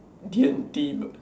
D_N_T but